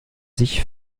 sich